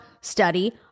study